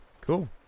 cool